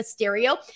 Mysterio